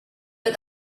but